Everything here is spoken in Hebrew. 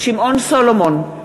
שמעון סולומון,